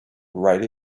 write